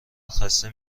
خسته